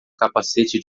capacete